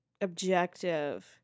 objective